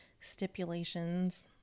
stipulations